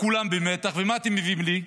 כולם במתח, ומה אתם מביאים לי?